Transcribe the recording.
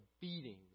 beatings